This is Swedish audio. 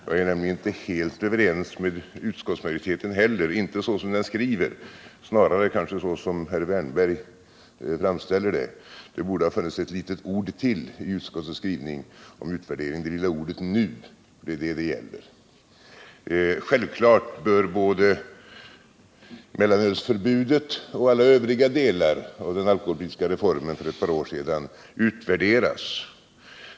Jag är nämligen inte helt överens med utskottsmajoriteten heller — i varje fall inte så som den skriver men kanske så som herr Wärnberg framställer det. Det borde ha funnits ett litet ord till i utskottets skrivning om utvärdering, det lilla ordet nu. Det är det det gäller. Självfallet bör både mellanölsförbudet och alla övriga delar av den alkoholpolitiska reformen för ett par år sedan utvärderas.